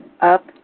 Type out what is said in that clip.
up